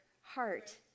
heart